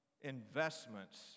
investments